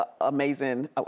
amazing